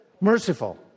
Merciful